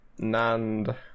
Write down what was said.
Nand